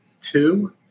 two